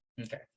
Okay